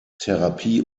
therapie